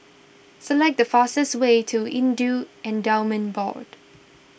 select the fastest way to Hindu Endowments Board